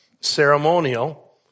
ceremonial